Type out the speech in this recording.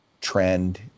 trend